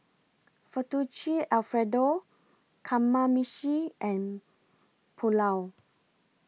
Fettuccine Alfredo Kamameshi and Pulao